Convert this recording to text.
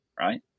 right